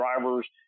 drivers